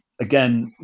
again